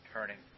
Turning